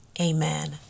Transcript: amen